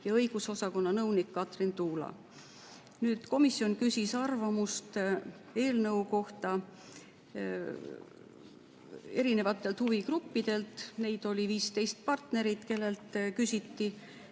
õigusosakonna nõunik Katrin Tuula. Komisjon küsis arvamust eelnõu kohta huvigruppidelt. Neid oli 15 partnerit, kellelt küsiti.